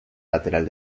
lateral